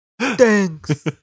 Thanks